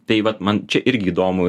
tai vat man čia irgi įdomu